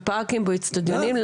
בפארקים ובאצטדיונים,